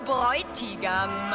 Bräutigam